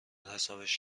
حسابش